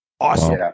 Awesome